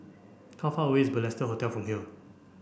how far away is Balestier Hotel from here